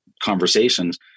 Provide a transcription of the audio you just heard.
conversations